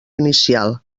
inicial